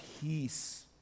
peace